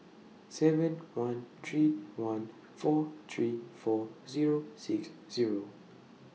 seven one three one four three four Zero six Zero